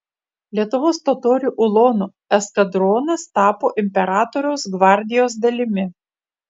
lietuvos totorių ulonų eskadronas tapo imperatoriaus gvardijos dalimi